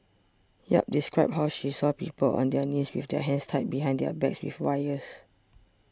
yap described how she saw people on their knees with their hands tied behind their backs with wires